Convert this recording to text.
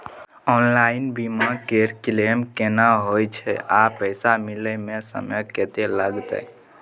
Online बीमा के claim केना होय छै आ पैसा मिले म समय केत्ते लगतै?